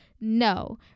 No